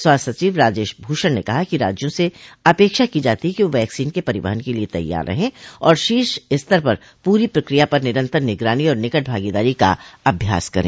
स्वास्थ्य सचिव राजेश भूषण ने कहा कि राज्यों से अपेक्षा की जाती है कि वह वैक्सोन के परिवहन के लिए तैयार रहें और शीर्ष स्तर पर पूरी प्रक्रिया पर निरंतर निगरानी और निकट भागीदारी का अभ्यास करें